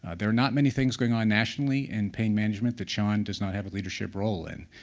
there are not many things going on nationally in pain management that sean does not have a leadership role in.